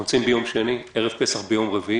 אנחנו נמצאים ביום שני, ערב פסח הוא ביום רביעי.